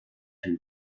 and